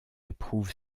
éprouve